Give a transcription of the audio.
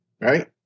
Right